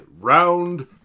round